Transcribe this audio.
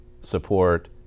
support